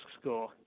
score